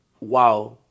wow